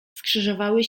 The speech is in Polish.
skrzyżowały